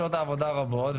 שעות העבודה רבות,